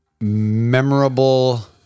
memorable